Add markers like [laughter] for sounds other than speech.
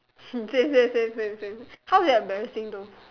[noise] say say say say say how was it embarrassing though